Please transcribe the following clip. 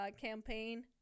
campaign